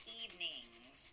evenings